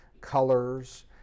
colors